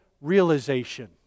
realization